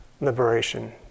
liberation